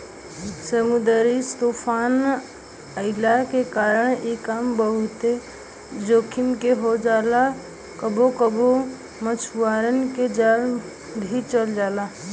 समुंदरी तूफ़ान अइला के कारण इ काम बहुते जोखिम के हो जाला कबो कबो मछुआरन के जान भी चल जाला